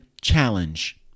challenge